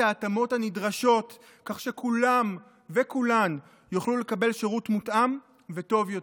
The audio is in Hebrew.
ההתאמות הנדרשות כך שכולם וכולן יוכלו לקבל שירות מותאם וטוב יותר.